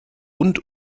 und